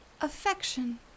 affection